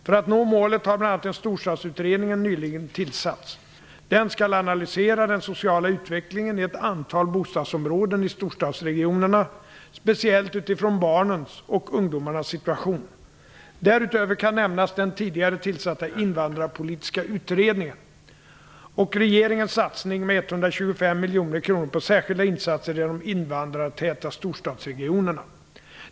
För att nå målet har bl.a. en storstadsutredning nyligen tillsatts. Den skall analysera den sociala utvecklingen i ett antal bostadsområden i storstadsregionerna, speciellt utifrån barnens och ungdomarnas situation. Därutöver kan nämnas den tidigare tillsatta invandrarpolitiska utredningen och regeringens satsning med 125 miljoner på särskilda insatser i de invandrartäta storstadsregionerna.